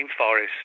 Rainforest